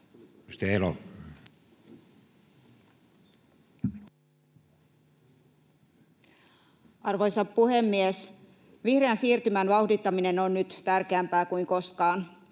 Arvoisa puhemies! Vihreän siirtymän vauhdittaminen on nyt tärkeämpää kuin koskaan.